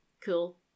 Cool